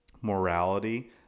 morality